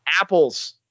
Apples